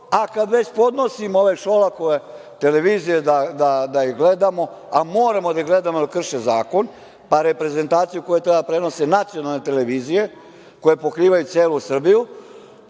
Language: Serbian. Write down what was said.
već podnosimo ove Šolakove televizije da ih gledamo, a moramo da ih gledamo jer krše zakon, pa reprezentaciju koju treba da prenose nacionalne televizije koje pokrivaju celu Srbiju,